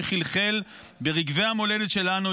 שחלחל ברגבי המולדת שלנו,